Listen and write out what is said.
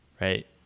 Right